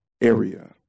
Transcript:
area